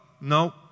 no